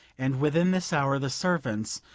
and within this hour the servants,